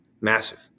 massive